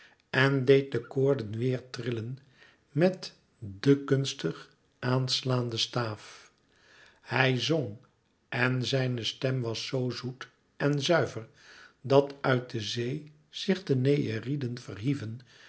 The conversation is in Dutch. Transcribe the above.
en deed de koorden weêrtrillen met den kunstig aanslaanden staaf hij zong en zijne stem was zoo zoet en zuiver dat uit de zee zich de nereïden verhieven